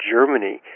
Germany